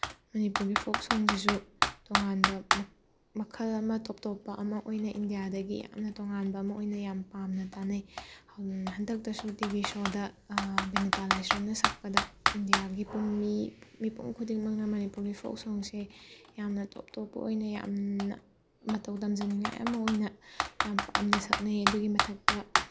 ꯃꯅꯤꯄꯨꯔꯒꯤ ꯐꯣꯛ ꯁꯣꯡꯁꯤꯁꯨ ꯇꯣꯡꯉꯥꯟꯕ ꯃꯈꯜ ꯑꯃ ꯇꯣꯞ ꯇꯣꯞꯄ ꯑꯃ ꯑꯣꯏꯅ ꯏꯟꯗꯤꯌꯥꯗꯒꯤ ꯌꯥꯝꯅ ꯇꯣꯡꯉꯥꯟꯕ ꯑꯃ ꯑꯣꯏꯅ ꯌꯥꯝ ꯄꯥꯝꯅ ꯇꯥꯅꯩ ꯍꯟꯗꯛꯇꯁꯨ ꯇꯤ ꯚꯤ ꯁꯣꯗ ꯕꯤꯅꯤꯇꯥ ꯂꯥꯏꯁ꯭ꯔꯝꯅ ꯁꯛꯄꯗ ꯏꯟꯗꯤꯌꯥꯒꯤ ꯃꯤ ꯃꯤꯄꯨꯡ ꯈꯨꯗꯤꯡꯃꯛꯅ ꯃꯅꯤꯄꯨꯔꯒꯤ ꯐꯣꯛ ꯁꯣꯡꯁꯦ ꯌꯥꯝꯅ ꯇꯣꯞ ꯇꯣꯞꯄ ꯑꯣꯏꯅ ꯌꯥꯝꯅ ꯃꯇꯧ ꯇꯝꯖꯅꯤꯡꯉꯥꯏ ꯑꯃ ꯑꯣꯏꯅ ꯌꯥꯝ ꯄꯥꯝꯅ ꯁꯛꯅꯩ ꯑꯗꯨꯒꯤ ꯃꯊꯛꯇ